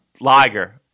Liger